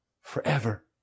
forever